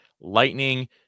Lightning